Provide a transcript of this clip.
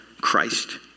Christ